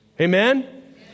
Amen